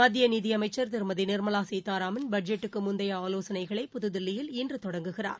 மத்திய நிதியமைச்சர் திருமதி நிர்மலா சீதாராமன் பட்ஜெட்டுக்கு முந்தைய ஆலோசனைகளை புதுதில்லியில் இன்று தொடங்குகிறார்